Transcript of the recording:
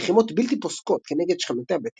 עקב לחימות בלתי פוסקות כנגד שכנותיה בתימן,